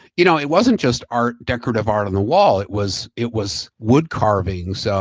you know it wasn't just art, decorative art on the wall, it was it was wood carvings. so